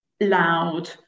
loud